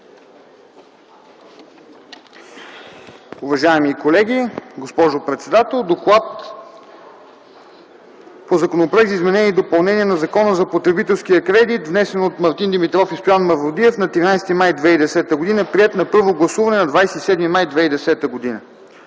Уважаеми колеги, госпожо председател! Доклад по Законопроекта за изменение и допълнение на Закона за потребителския кредит, внесен от Мартин Димитров и Стоян Мавродиев на 13 май 2010 г., приет на първо гласуване на 27 май 2010 г.